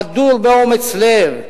חדור באומץ לב,